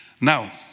Now